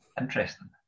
Interesting